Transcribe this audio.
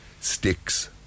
sticks